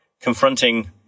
confronting